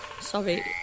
sorry